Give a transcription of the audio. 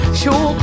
sure